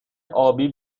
آبی